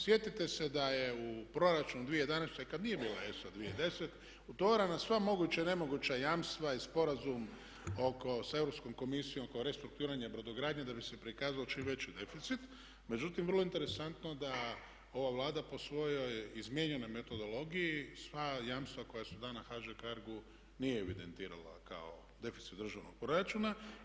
Sjetite se da je u Proračunu 2011. kad nije bila ESA 2010. utovarena sva moguća i nemoguća jamstva i sporazum sa Europskom komisijom oko restrukturiranja brodogradnje da bi se prikazao čim veći deficit, međutim vrlo interesantno da ova Vlada po svojoj izmijenjenoj metodologiji sva jamstva koja su dana HŽ Cargo-u nije evidentirala kao deficit državnog proračuna.